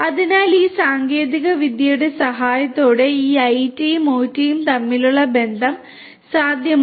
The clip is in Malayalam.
അതിനാൽ ഈ സാങ്കേതികവിദ്യയുടെ സഹായത്തോടെ ഈ IT യും OT യും തമ്മിലുള്ള ഈ ബന്ധം സാധ്യമാണ്